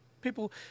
People